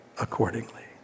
accordingly